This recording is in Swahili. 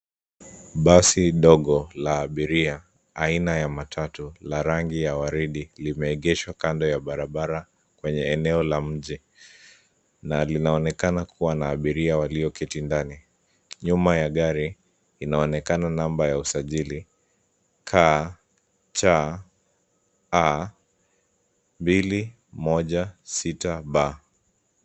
Basi ndogo la abiria aina ya matatu la rangi ya waridi limeegeshwa kando ya barabara kwenye eneo la mji na linaonekana kua na abiria walioketi ndani. Nyuma ya gari inaonekana namba ya usajili KCA 216B .